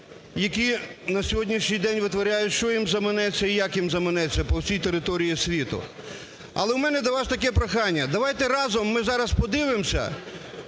які на сьогоднішній день витворяють, що їм заманеться і як їм заманеться по всій території світу. Але у мене до вас таке прохання. Давайте разом ми зараз подивимося,